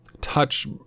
touch